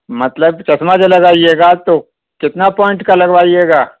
مطلب کہ چشمہ جو لگائیے گا تو کتنا پوائنٹ کا لگوائیے گا